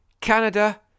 canada